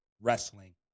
Wrestling